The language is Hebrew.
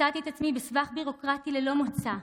מצאתי את עצמי בסבך ביורוקרטי ללא מוצא.